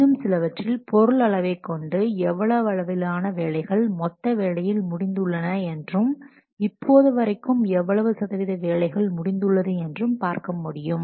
இன்னும் சிலவற்றில் பொருள் அளவை கொண்டு எவ்வளவு அளவிலான வேலைகள் மொத்த வேலையில் முடிந்து உள்ளன என்றும் இப்போது வரைக்கும் எவ்வளவு சதவிகித வேலைகள் முடிந்து உள்ளது என்றும் பார்க்க முடியும்